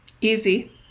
Easy